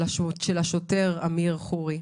של השוטר אמיר חורי,